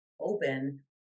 open